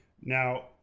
Now